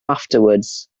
afterwards